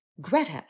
Greta